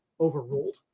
overruled